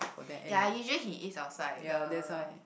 ya usually he eats outside the